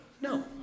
No